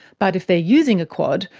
but if they're using a quad,